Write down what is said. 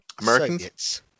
Americans